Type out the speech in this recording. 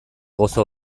gozo